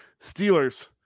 Steelers